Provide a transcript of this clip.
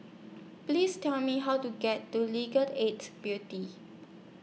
Please Tell Me How to get to Legal Aid Beauty